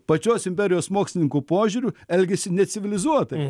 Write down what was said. pačios imperijos mokslininkų požiūriu elgiasi necivilizuotai